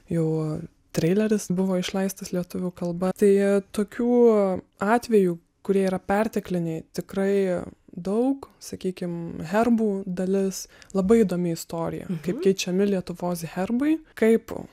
jau treileris buvo išleistas lietuvių kalba tai tokių atvejų kurie yra pertekliniai tikrai daug sakykim herbų dalis labai įdomi istorija kaip keičiami lietuvos herbai kaip